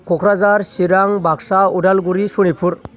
Kokrajhar Chirang Baksa Udalguri Sonitpur